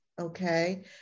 Okay